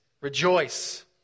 Rejoice